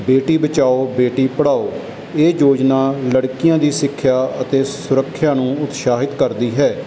ਬੇਟੀ ਬਚਾਓ ਬੇਟੀ ਪੜ੍ਹਾਓ ਇਹ ਯੋਜਨਾ ਲੜਕੀਆਂ ਦੀ ਸਿੱਖਿਆ ਅਤੇ ਸੁਰੱਖਿਆ ਨੂੰ ਉਤਸ਼ਾਹਿਤ ਕਰਦੀ ਹੈ